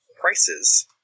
prices